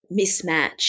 mismatch